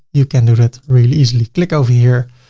you can do it really easily. click over here,